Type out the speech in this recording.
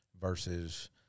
versus